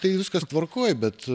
tai viskas tvarkoj bet